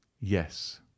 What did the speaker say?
yes